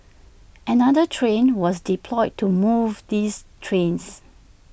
another train was deployed to move these trains